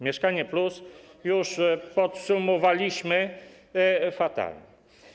Mieszkanie+” już podsumowaliśmy - fatalne.